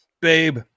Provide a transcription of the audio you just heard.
babe